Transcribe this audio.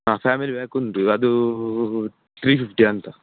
ಹಾಂ family pack ಉಂಟು ಅದು ತ್ರೀ ಫಿಫ್ಟಿಯ ಅಂತ